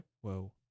Whoa